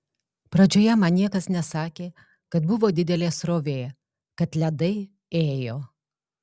pradžioje man niekas nesakė kad buvo didelė srovė kad ledai ėjo